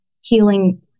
healing